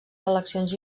seleccions